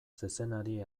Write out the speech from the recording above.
zezenari